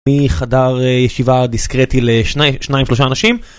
מחדר ישיבה דיסקרטי לשניים, שלושה אנשים.